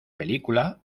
película